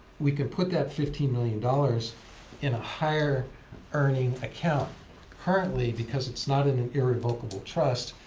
we can put that fifteen million dollars in a higher earning account currently because it's not an irrevocable trust.